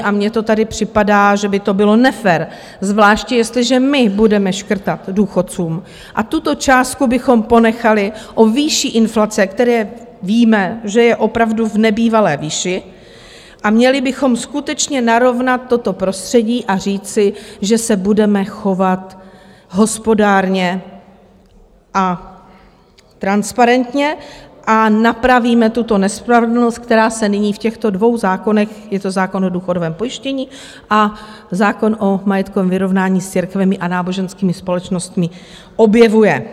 A mně to tady připadá, že by to bylo nefér, zvláště jestliže my budeme škrtat důchodcům, a tuto částku bychom ponechali o výši inflace, která víme, že je opravdu v nebývalé výši, a měli bychom skutečně narovnat toto prostředí a říci, že se budeme chovat hospodárně a transparentně a napravíme tuto nespravedlnost, která se nyní v těchto dvou zákonech, je to zákon o důchodovém pojištění a zákon o majetkovém vyrovnání s církvemi a náboženskými společnostmi, objevuje.